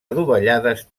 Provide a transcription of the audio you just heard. adovellades